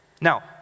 Now